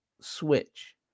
switch